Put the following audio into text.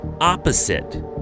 opposite